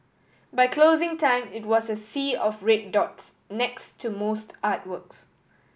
by closing time it was a sea of red dots next to most artworks